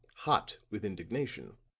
hot with indignation,